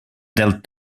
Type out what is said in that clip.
del